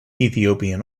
ethiopian